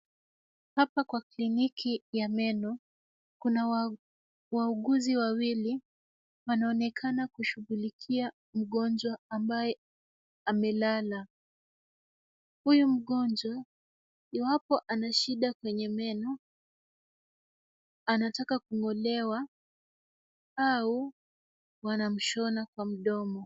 Hapa kwa kliniki ya meno kuna wauguzi wawili wanaonekana kushughulikia mgonjwa ambaye amelala. Huyu mgonjwa iwapo anashida kwenye meno, anataka anataka kung'olewa au wanamshona kwa mdomo.